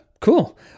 Cool